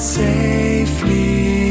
safely